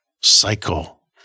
cycle